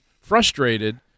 frustrated